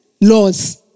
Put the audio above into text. laws